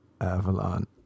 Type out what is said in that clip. Avalon